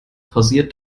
pausiert